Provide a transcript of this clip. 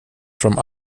from